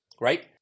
right